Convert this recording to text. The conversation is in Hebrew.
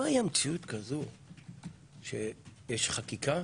לא הייתה מציאות כזאת שיש חקיקה